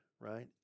right